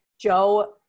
Joe